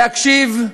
להקשיב,